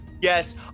Yes